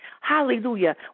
Hallelujah